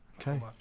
okay